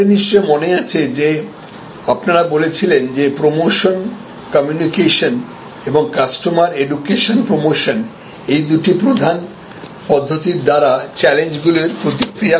আপনাদের নিশ্চয় মনে আছে যে আপনারা বলেছিলেন যে প্রমোশন কমিউনিকেশন এবং কাস্টমার এডুকেশন প্রমোশন এই দুটি প্রধান পদ্ধতির দ্বারা চ্যালেঞ্জগুলির প্রতিক্রিয়া করা যায়